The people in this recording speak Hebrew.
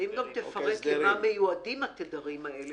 ואם גם תפרט למה מיועדים התדרים האלה,